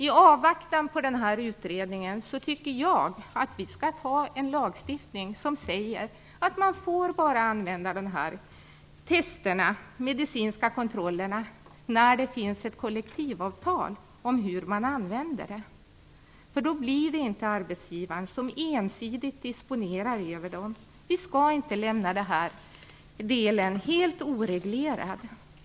I avvaktan på utredningen tycker jag att vi skall stifta en lag som säger att man bara får använda dessa medicinska kontroller när det finns ett kollektivavtal som reglerar användningen. Då disponerar inte arbetsgivaren ensidigt över testerna. Vi skall inte lämna detta område helt oreglerat.